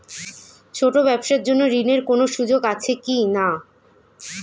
ছোট ব্যবসার জন্য ঋণ এর কোন সুযোগ আছে কি না?